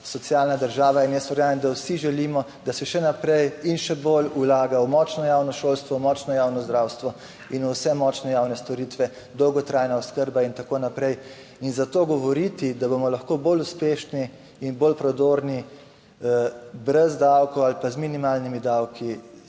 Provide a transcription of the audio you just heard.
socialna država. In jaz verjamem, da vsi želimo, da se še naprej in še bolj vlaga v močno javno šolstvo, močno javno zdravstvo in vse močne javne storitve, **52. TRAK: (TB) - 13.15** (nadaljevanje) dolgotrajna oskrba in tako naprej. In zato govoriti, da bomo lahko bolj uspešni in bolj prodorni, brez davkov ali pa z minimalnimi davki,